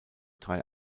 drei